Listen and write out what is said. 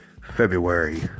February